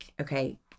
okay